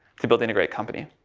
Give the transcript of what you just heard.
to building a great company,